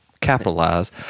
Capitalize